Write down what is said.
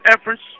efforts